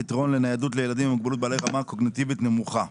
פתרון לניידות לילדים עם מוגבלות בעלי רמה קוגניטיבית נמוכה.